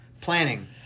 Planning